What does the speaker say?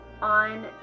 on